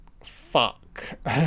Fuck